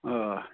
آ